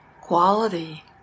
quality